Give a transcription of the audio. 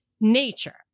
nature